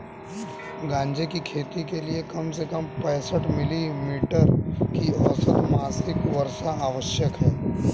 गांजे की खेती के लिए कम से कम पैंसठ मिली मीटर की औसत मासिक वर्षा आवश्यक है